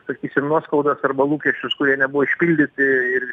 sakysim nuoskaudas arba lūkesčius kurie nebuvo išpildyti ir